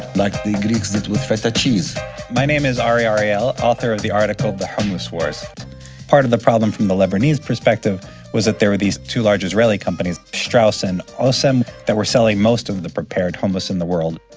like the greeks did with feta cheese my name is ari ariel, author of article the hummus wars part of the problem from the lebanese perspective was that there were these two large israeli companies, strauss and osem, that were selling most of the prepared hummus in the world.